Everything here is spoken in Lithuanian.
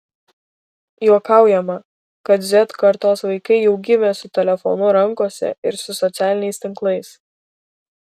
juokaujama kad z kartos vaikai jau gimė su telefonu rankose ir su socialiniais tinklais